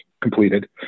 completed